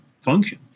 function